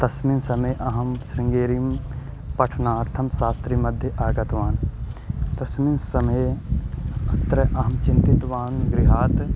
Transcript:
तस्मिन् समये अहं शृङ्गेरिं पठनार्थं शास्त्रीमध्ये आगतवान् तस्मिन् समये अत्र अहं चिन्तितवान् गृहात्